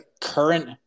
current